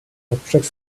hauptstadt